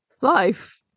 life